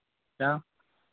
क्या